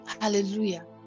Hallelujah